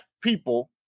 people